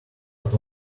but